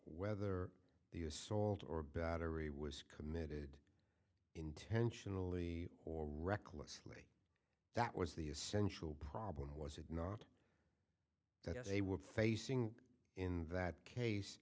whether the assault or battery was committed intentionally or recklessly that was the essential problem was it not that i say we're facing in that case